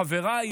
חבריי,